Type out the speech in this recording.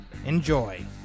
Enjoy